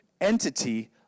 entity